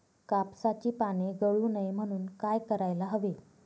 कापसाची पाने गळू नये म्हणून काय करायला हवे?